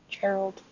Gerald